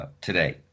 today